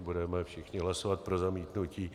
Budeme všichni hlasovat pro zamítnutí.